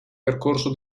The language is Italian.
percorso